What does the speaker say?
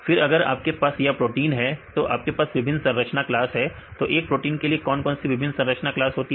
फिर अगर आपके पास यह प्रोटीन है तो आपके पास विभिन्न संरचना क्लास है तो एक प्रोटीन के लिए कौन कौन सी विभिन्न संरचना क्लास होता है